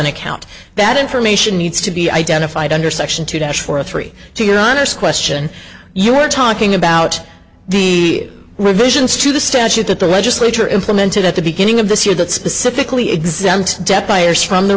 an account that information needs to be identified under section two dash for a three to your honor's question you were talking about the revisions to the statute that the legislature implemented at the beginning of this year that specifically exempt debt by years from the